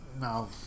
No